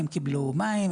הם קיבלו מים,